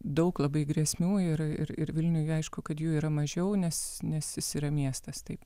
daug labai grėsmių ir ir ir vilniuj aišku kad jų yra mažiau nes nes jis yra miestas taip